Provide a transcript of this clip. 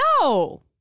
No